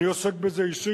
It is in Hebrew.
אני עוסק בזה אישית,